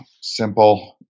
simple